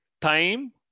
time